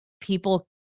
people